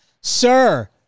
Sir